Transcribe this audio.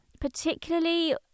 particularly